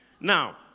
Now